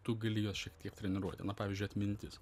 tu gali juos šiek tiek treniruoti pavyzdžiui atmintis